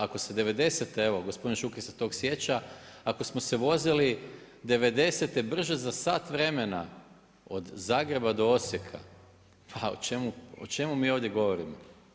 Ako se '90.-te, evo gospodin Šuker se tog sjeća, ako smo se vozili, '90.-te brže za sat vremena od Zagreba od Osijeka, pa o čemu mi ovdje govorimo?